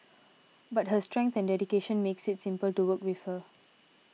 but her strength and dedication makes it simple to work with her